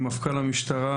מפכ"ל המשטרה